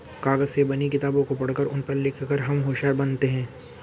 कागज से बनी किताबों को पढ़कर उन पर लिख कर हम होशियार बनते हैं